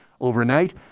Overnight